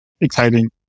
exciting